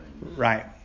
Right